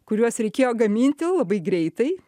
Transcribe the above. kuriuos reikėjo gaminti labai greitai